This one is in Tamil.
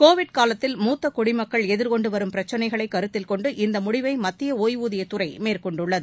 கோவிட் காலத்தில் முத்த குடிமக்கள் எதிர்கொண்டு வரும் பிரக்சினைகளை கருத்தில் கொண்டு இந்த முடிவை மத்திய ஒய்வூதிய துறை மேற்கொண்டுள்ளது